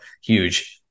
huge